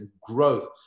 growth